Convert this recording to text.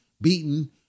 beaten